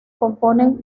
componen